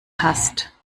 hast